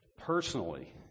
personally